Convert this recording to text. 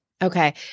Okay